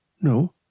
no